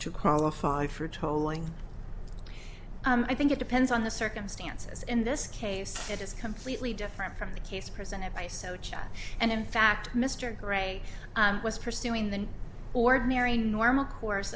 to qualify for tolling i think it depends on the circumstances in this case it is completely different from the case presented by socia and in fact mr gray was pursuing the ordinary normal course